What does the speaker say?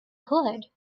could